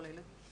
על הילדים לא.